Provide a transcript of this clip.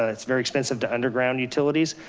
ah it's very expensive to underground utilities.